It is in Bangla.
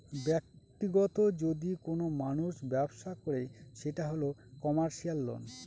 ব্যাক্তিগত যদি কোনো মানুষ ব্যবসা করে সেটা হল কমার্সিয়াল লোন